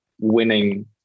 winning